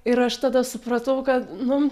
ir aš tada supratau kad nu